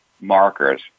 markers